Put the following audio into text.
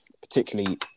particularly